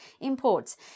imports